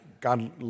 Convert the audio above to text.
God